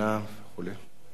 ההצעה